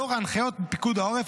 לאור ההנחיות מפיקוד העורף,